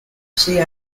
see